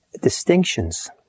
distinctions